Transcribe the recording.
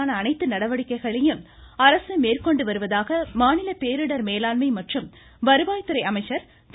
தமிழகம் அனைத்து நடவடிக்கைகளையும் அரசு மேற்கொண்டு வருவதாக மாநில பேரிடர் மேலாண்மை மற்றும் வருவாய்த் துறை அமைச்சர் திரு